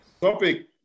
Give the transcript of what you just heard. Topic